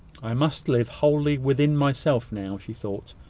i must live wholly within myself now, she thought,